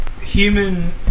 human